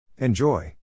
Enjoy